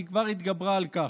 והיא כבר התגברה על כך.